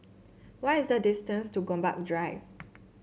what is the distance to Gombak Drive